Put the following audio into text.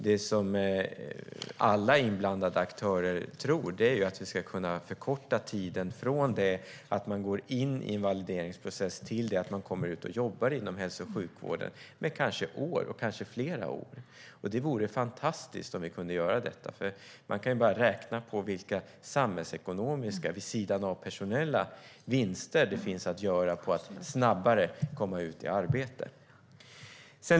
Det som alla inblandade aktörer tror är att tiden från det att man går in i en valideringsprocess till det att man kommer ut och jobbar i hälso och sjukvården ska kunna förkortas med kanske flera år. Det vore fantastiskt om vi kunde genomföra detta. Man kan bara räkna på vilka samhällsekonomiska - vid sidan av personella - vinster det finns att göra på att dessa personer snabbare kommer ut i arbete.